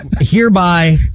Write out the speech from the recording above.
hereby